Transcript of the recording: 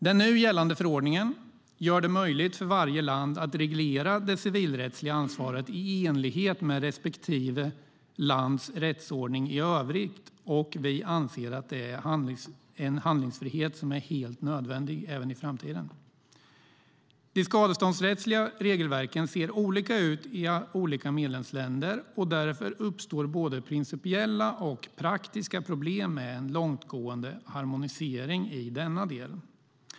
Den nu gällande förordningen gör det möjligt för varje land att reglera det civilrättsliga ansvaret i enlighet med respektive lands rättsordning i övrigt, och vi anser att det är en handlingsfrihet som är helt nödvändig även i framtiden. De skadeståndsrättsliga regelverken ser olika ut i olika medlemsländer, och därför uppstår både principiella och praktiska problem med en långtgående harmonisering i denna del.